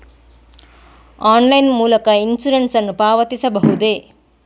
Online ಮೂಲಕ insurance ನ್ನು ಪಾವತಿಸಬಹುದೇ?